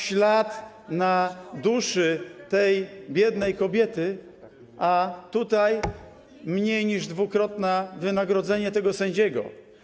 Ślad na duszy tej biednej kobiety, a tutaj mniej niż dwukrotne wynagrodzenie tego sędziego.